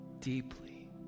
deeply